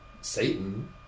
satan